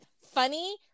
funny